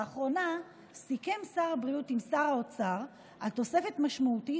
לאחרונה סיכם שר הבריאות עם שר האוצר על תוספת משמעותית